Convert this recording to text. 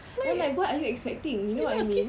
then like what are you expecting you know what I mean